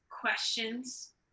questions